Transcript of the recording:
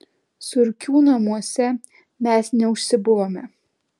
surkių namuose mes neužsibuvome